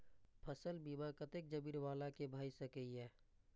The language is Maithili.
फसल बीमा कतेक जमीन वाला के भ सकेया?